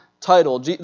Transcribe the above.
title